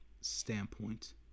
standpoint